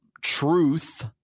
truth